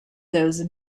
those